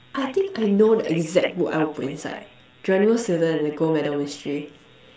I think I know the exact book I would put inside Geronimo-Stilton and the gold medal mystery